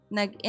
nag